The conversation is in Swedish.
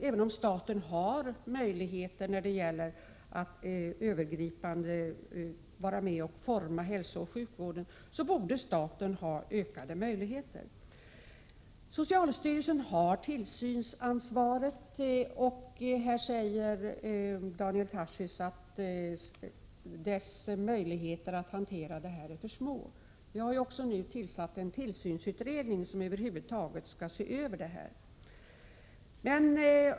Även om staten har möjligheter att övergripande utforma hälsooch sjukvården, anser jag att staten borde ha ökade möjligheter. Socialstyrelsen har tillsynsansvaret. Daniel Tarschys säger att dess möjligheter att hantera de här frågorna är för små. Vi har nu tillsatt en tillsynsutredning som över huvud taget skall se över detta.